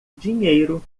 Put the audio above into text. dinheiro